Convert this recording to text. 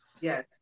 yes